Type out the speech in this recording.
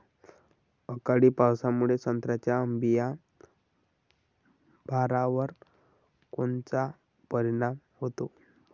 अवकाळी पावसामुळे संत्र्याच्या अंबीया बहारावर कोनचा परिणाम होतो?